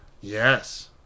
Yes